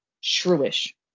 shrewish